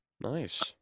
nice